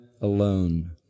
alone